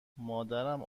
مادرم